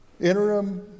Interim